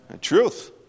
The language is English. Truth